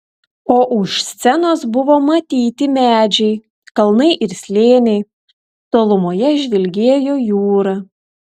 o už scenos buvo matyti medžiai kalnai ir slėniai tolumoje žvilgėjo jūra